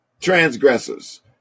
transgressors